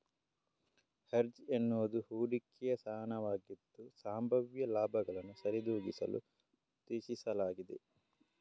hedge ಎನ್ನುವುದು ಹೂಡಿಕೆಯ ಸ್ಥಾನವಾಗಿದ್ದು, ಸಂಭಾವ್ಯ ಲಾಭಗಳನ್ನು ಸರಿದೂಗಿಸಲು ಉದ್ದೇಶಿಸಲಾಗಿದೆ